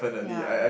ya